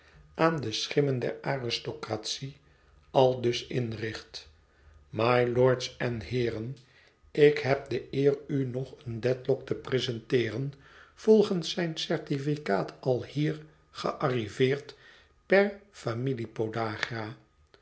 aan de schimmen der aristocratie aldus inricht mylords en heeren ik heb de eer u nog een dedlock te presenteeren volgens zijn certificaat alhier gearriveerd per familiepodagra